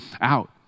out